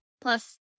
Plus